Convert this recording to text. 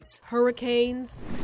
Hurricanes